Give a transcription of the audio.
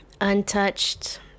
untouched